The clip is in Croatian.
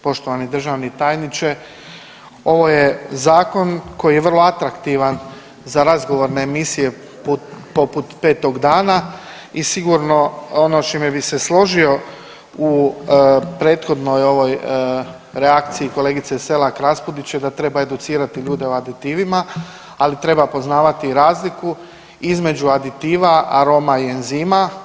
Poštovani državni tajniče, ovo je zakon koji je vrlo atraktivan za razgovorne emisije poput „Petog dana“ i sigurno ono s čime bi se složio u prethodnoj ovoj reakciji kolegice Selak Raspudić je da treba educirati ljude o aditivima, ali treba poznavati i razliku između aditiva, aroma i enzima.